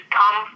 come